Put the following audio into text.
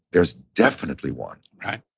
there's definitely one. right.